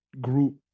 group